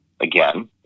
again